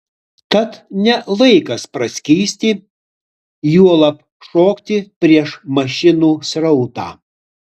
tad ne laikas praskysti juolab šokti prieš mašinų srautą